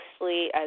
mostly